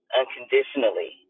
unconditionally